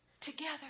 together